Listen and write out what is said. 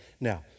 Now